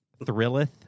thrilleth